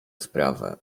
sprawę